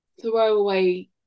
throwaway